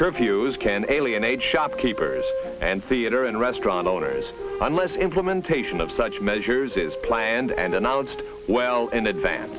curfews can alienate shopkeepers and theater and restaurant owners unless implementation of such measures is planned and announced well in advance